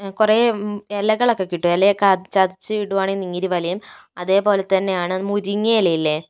കുറെ ഇലകളൊക്കെ കിട്ടും ഇലകളൊക്കെ ചതച്ച് ഇടുവാണെങ്കിൽ നീര് വലിയും അതേപോലെതന്നെയാണ് മുരിങ്ങയില ഇല്ലെ